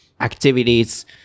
activities